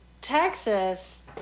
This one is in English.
Texas